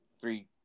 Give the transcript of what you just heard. three